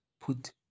put